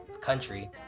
country